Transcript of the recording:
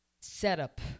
setup